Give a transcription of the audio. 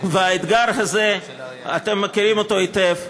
והאתגר הזה, אתם מכירים אותו היטב.